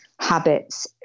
habits